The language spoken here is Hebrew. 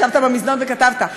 ישבת במזנון וכתבת,